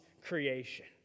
creation